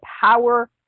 power